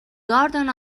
garden